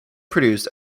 produced